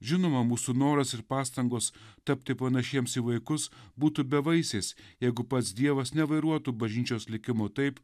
žinoma mūsų noras ir pastangos tapti panašiems į vaikus būtų bevaisės jeigu pats dievas nevairuotų bažnyčios likimo taip